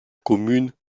commune